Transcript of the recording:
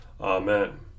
Amen